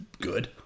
good